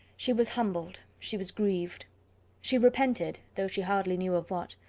she was humbled, she was grieved she repented, though she hardly knew of what.